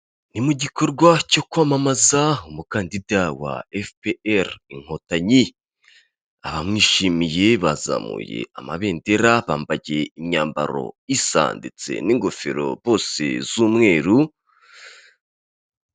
Ni mu gikorwa cyo kwamamaza umukandida wa efupe eri inkotanyi, abamwishimiye bazamuye amabendera, bambaye imyambaro isa ndetse n'ingofero bose z'umweru.